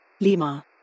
Lima